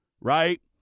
right